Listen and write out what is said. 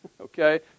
Okay